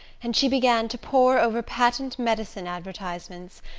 and she began to pore over patent medicine advertisements,